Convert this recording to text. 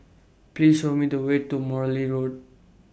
Please Show Me The Way to Morley Road